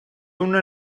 una